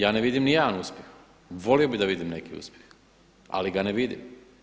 Ja ne vidim ni jedna uspjeh, volio bih da vidim neki uspjeh, ali ga ne vidim.